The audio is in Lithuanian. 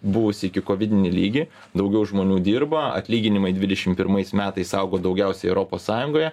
buvusį ikikovidinį lygį daugiau žmonių dirba atlyginimai dvidešim pirmais metais augo daugiausiai europos sąjungoje